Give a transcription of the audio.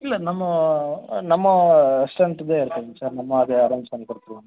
இல்லை நம்ம நம்ம ஸ்டரென்த்து தே இருக்குங்க சார் நம்ம அதை அரேஞ்ச் பண்ணி கொடுத்துருவோம்